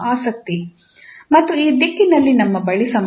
ಮತ್ತು ಈ ದಿಕ್ಕಿನಲ್ಲಿ ನಮ್ಮ ಬಳಿ ಸಮಯವಿದೆ